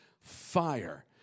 fire